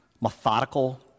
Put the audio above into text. methodical